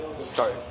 start